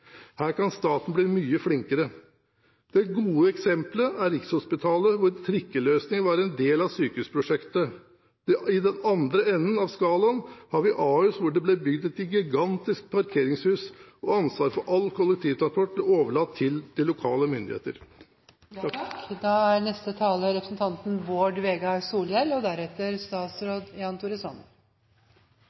Her kan staten bli mye flinkere. Det gode eksempelet er Rikshospitalet, hvor trikkeløsning var en del av sykehusprosjektet. I den andre enden av skalaen har vi Ahus, hvor det ble bygd et gigantisk parkeringshus, og ansvar for all kollektivtransport ble overlatt til de lokale myndigheter. Eg takkar for ein reflektert debatt, eller nesten ein samtale, med mange gode innlegg, f.eks. dette aller siste. Og